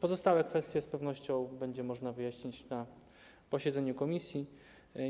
Pozostałe kwestie z pewnością będzie można wyjaśnić na posiedzeniu komisji,